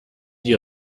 die